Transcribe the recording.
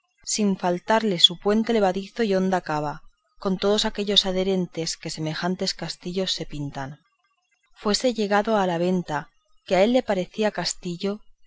sin faltarle su puente levadiza y honda cava con todos aquellos adherentes que semejantes castillos se pintan fuese llegando a la venta que a él le parecía castillo